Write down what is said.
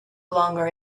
longer